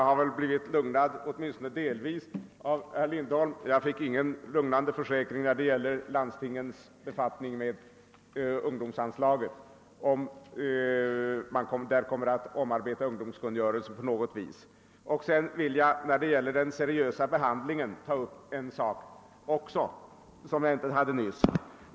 Herr talman! Jag har åtminstone delvis blivit lugnad av herr Lindholm. När det gäller ungdomsanslaget fick jag emellertid ingen lugnande försäkran huruvida man kommer att omarbeta kungörelsen på något vis eller ej. Vad gäller den seriösa behandlingen vill jag ta upp en sak som jag inte gick in på nyss.